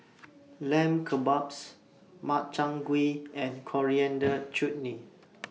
Lamb Kebabs Makchang Gui and Coriander Chutney